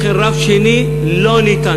לכן, רב שני לא ניתן.